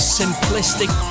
simplistic